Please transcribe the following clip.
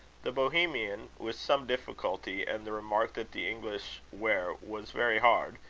the bohemian, with some difficulty, and the remark that the english ware was very hard,